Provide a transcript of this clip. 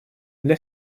для